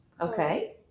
Okay